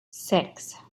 six